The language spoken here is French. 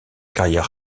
carrière